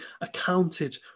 accounted